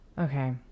Okay